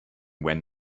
when